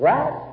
Right